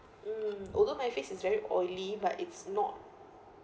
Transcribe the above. mm although my face is very oily but it's not